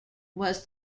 was